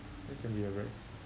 that can be a very